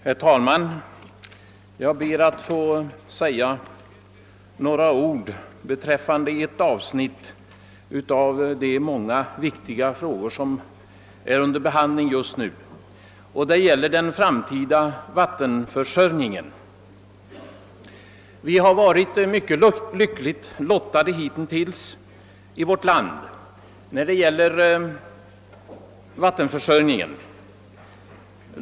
Herr talman! Jag ber att få säga några ord beträffande ett avsnitt av de många viktiga frågor som är under behandling just nu, nämligen den framtida vattenförsörjningen. Vi har hittills varit mycket lyckligt lottade i vårt land i fråga om vattenförsörjningen.